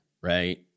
right